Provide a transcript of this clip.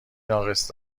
ناقص